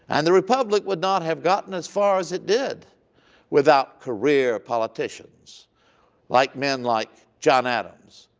and the republic would not have gotten as far as it did without career politicians like men like john adams,